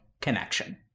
connection